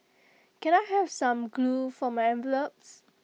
can I have some glue for my envelopes